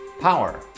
power